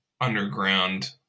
underground